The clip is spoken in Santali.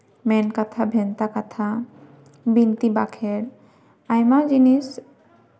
ᱢᱮᱱᱠᱟᱛᱷᱟ ᱵᱷᱮᱱᱛᱟ ᱠᱟᱛᱷᱟ ᱵᱤᱱᱛᱤ ᱵᱟᱸᱠᱷᱮᱲ ᱟᱭᱢᱟ ᱡᱤᱱᱤᱥ